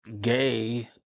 Gay